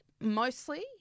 mostly